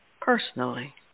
personally